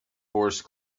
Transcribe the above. horse